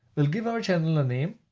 we'll give our channel a name